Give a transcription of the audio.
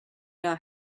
not